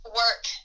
work